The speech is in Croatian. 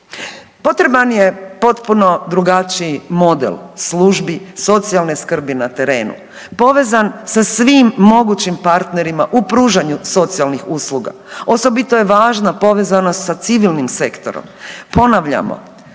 Potreban je potpuno drugačiji model službi socijalne skrbi na terenu povezan sa svim mogućim partnerima u pružanju socijalnih usluga. Osobito je važna povezanost sa civilnim sektorom. Ponavljamo,